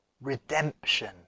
redemption